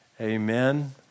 Amen